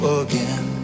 again